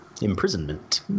imprisonment